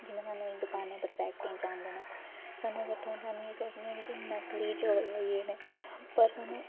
जि'यां सानूं इ'यां दकानें उप्पर पैकेटें च आंदे न सानूं अगर थ्होन तां सानूं एह् सोचने की नकली चौल न एह् पर सानूं